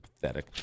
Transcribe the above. pathetic